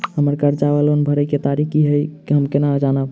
हम्मर कर्जा वा लोन भरय केँ तारीख की हय सँ हम केना जानब?